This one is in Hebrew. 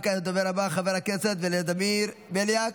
וכעת לדובר הבא, חבר הכנסת ולדימיר בליאק,